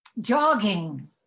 jogging